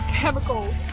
chemicals